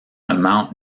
amount